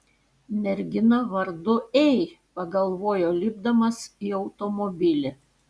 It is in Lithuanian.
mergina vardu ei pagalvojo lipdamas į automobilį